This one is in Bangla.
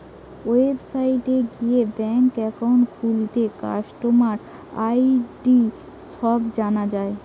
ওয়েবসাইটে গিয়ে ব্যাঙ্ক একাউন্ট খুললে কাস্টমার আই.ডি সব জানা যায়